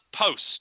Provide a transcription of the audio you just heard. post